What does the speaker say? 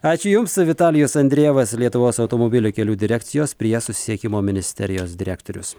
ačiū jums vitalijus andrejevas lietuvos automobilių kelių direkcijos prie susisiekimo ministerijos direktorius